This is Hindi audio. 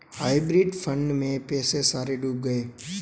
हाइब्रिड फंड में पैसे सारे डूब गए